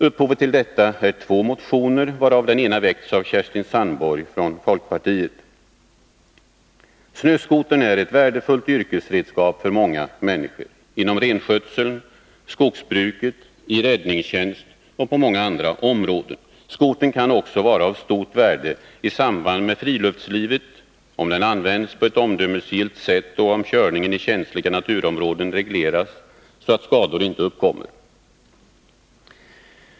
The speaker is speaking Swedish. Upphovet till detta är två motioner, varav den ena väckts av Kerstin Sandborg från folkpartiet. Snöskotern är ett värdefullt yrkesredskap för många människor, inom renskötseln, skogsbruket, i räddningstjänst och på många andra områden. Skotern kan också vara av stort värde i samband med friluftslivet, om den används på ett omdömesgillt sätt och om körningen i känsliga naturområden regleras så att skador inte uppkommer.